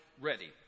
Ready